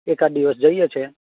એકાદ દિવસ જઈએ છે